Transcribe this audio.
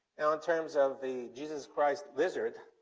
now, in terms of the jesus christ lizard,